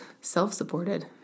Self-supported